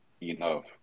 enough